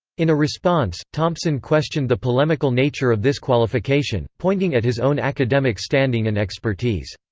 in a response, thompson questioned the polemical nature of this qualification, pointing at his own academic standing and expertise.